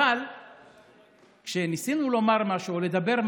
אבל כשניסינו לומר משהו או לדבר,